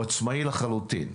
הוא עצמאי לחלוטין.